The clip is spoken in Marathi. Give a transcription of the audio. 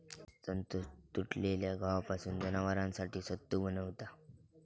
संतोष तुटलेल्या गव्हापासून जनावरांसाठी सत्तू बनवता